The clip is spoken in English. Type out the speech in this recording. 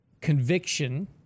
conviction